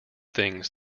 things